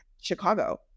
Chicago